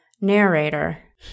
narrator